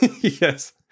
Yes